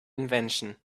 invention